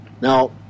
Now